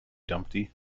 dumpty